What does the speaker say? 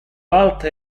alta